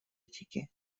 этики